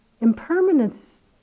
impermanence